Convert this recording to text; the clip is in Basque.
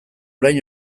orain